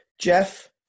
Jeff